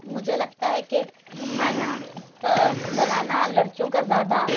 مجھے لگتا ہے کہ کھانا بنانا لڑکیوں کا زیادہ